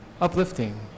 Uplifting